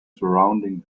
surrounding